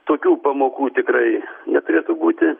tokių pamokų tikrai neturėtų būti